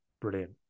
Brilliant